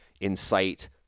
incite